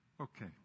Okay